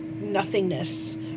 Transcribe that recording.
nothingness